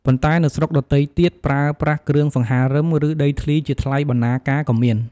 ប៉ុន្តែនៅស្រុកដទៃទៀត ប្រើប្រាស់គ្រឿងសង្ហារឹម ឬដីធ្លីជាថ្លៃបណ្ណាការក៏មាន។